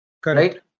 Correct